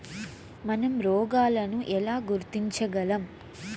మనం రోగాలను ఎలా గుర్తించగలం?